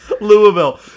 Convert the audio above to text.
Louisville